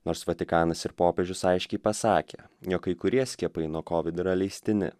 nors vatikanas ir popiežius aiškiai pasakė jog kai kurie skiepai nuo covid yra leistini